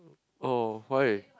oh why